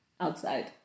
Outside